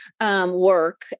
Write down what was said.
work